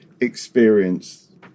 experience